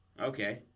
Okay